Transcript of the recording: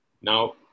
Now